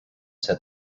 said